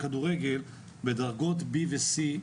שבדרגות B ו-C,